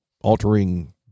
altering